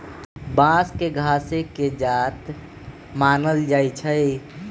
बांस के घासे के जात मानल जाइ छइ